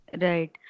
Right